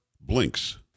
blinks